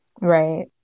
Right